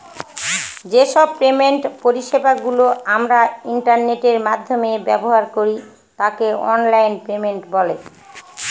যে সব পেমেন্ট পরিষেবা গুলো আমরা ইন্টারনেটের মাধ্যমে ব্যবহার করি তাকে অনলাইন পেমেন্ট বলে